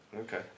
Okay